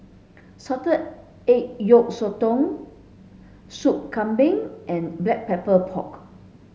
salted egg yolk sotong Sup Kambing and black pepper pork